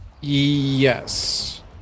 yes